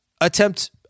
attempt